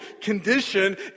condition